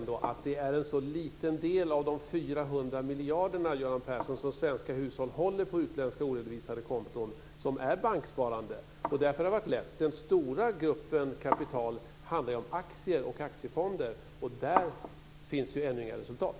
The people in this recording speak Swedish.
Det är en liten del av de 400 miljarder som svenska hushåll håller på utländska oredovisade konton som är banksparande. Där har det varit lätt. Den stora gruppen kapital handlar om aktier och aktiefonder. Där finns det ännu inga resultat.